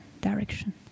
direction